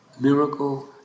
Miracle